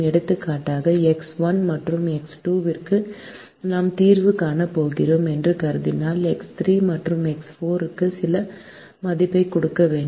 எடுத்துக்காட்டாக எக்ஸ் 1 மற்றும் எக்ஸ் 2 க்கு நாம் தீர்வு காணப் போகிறோம் என்று கருதினால் எக்ஸ் 3 மற்றும் எக்ஸ் 4 க்கு சில மதிப்பைக் கொடுக்க வேண்டும்